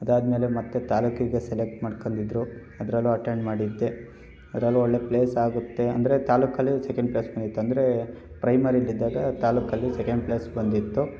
ಅದಾದ್ಮೇಲೆ ಮತ್ತು ತಾಲ್ಲೂಕಿಗೆ ಸೆಲೆಕ್ಟ್ ಮಾಡ್ಕೊಂಡಿದ್ರು ಅದ್ರಲ್ಲೂ ಅಟೆಂಡ್ ಮಾಡಿದ್ದೆ ಅದರಲ್ಲೂ ಒಳ್ಳೆ ಪ್ಲೇಸ್ ಆಗುತ್ತೆ ಅಂದರೆ ತಾಲ್ಲೂಕಲ್ಲಿ ಸೆಕೆಂಡ್ ಪ್ಲೇಸ್ ಬಂದಿತ್ತು ಅಂದರೆ ಪ್ರೈಮರಿಲ್ಲಿದ್ದಾಗ ತಾಲ್ಲೂಕಲ್ಲಿ ಸೆಕೆಂಡ್ ಪ್ಲೇಸ್ ಬಂದಿತ್ತು